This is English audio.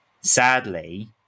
sadly